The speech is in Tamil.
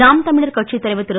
நாம் தமிழர் கட்சித் தலைவர் திரு